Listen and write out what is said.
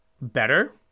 better